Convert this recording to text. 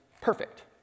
perfect